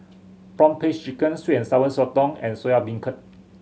prawn paste chicken sweet and Sour Sotong and Soya Beancurd